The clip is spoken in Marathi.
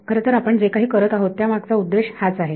खरतर आपण जे काही करत आहोत त्या मागचा उद्देश हाच आहे